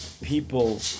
people